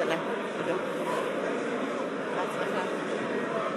יושב-ראש הכנסת השמונה-עשרה חבר הכנסת ראובן